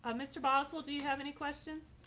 ah mr. boswell. do you have any questions?